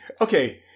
Okay